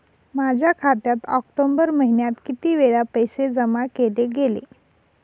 माझ्या खात्यात ऑक्टोबर महिन्यात किती वेळा पैसे जमा केले गेले?